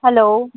hello